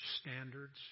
standards